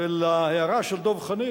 ולהערה של דב חנין,